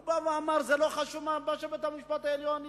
הוא בא ואמר שזה לא חשוב מה בית-המשפט העליון החליט,